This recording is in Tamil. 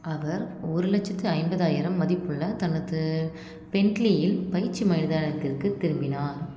அவர் ஒரு லட்சத்து ஐம்பதாயிரம் மதிப்புள்ள தனது பென்ட்லியில் பயிற்சி மைதானத்திற்குத் திரும்பினார்